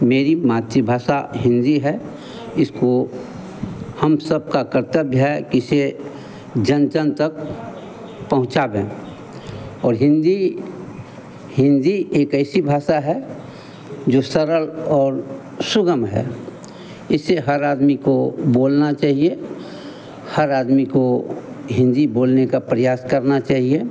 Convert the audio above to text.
मेरी मातृभाषा हिन्दी है इसको हम सबका कर्तव्य है कि इसे जन जन तक पहुँचाएं और हिन्दी हिन्दी एक ऐसी भाषा है जो सरल और सुगम है इसे हर आदमी को बोलना चाहिए हर आदमी को हिन्दी बोलने का प्रयास करना चाहिए